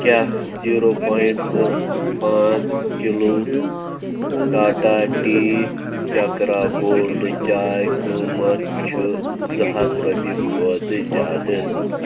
کیٛاہ zero point زٕ پانٛژھ kilo Tata tea Chakra gold چاے قۭمتھ چھُ زٕ ہَتھ رۄپیہِ کھۄتہٕ زیادٕ